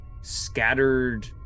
scattered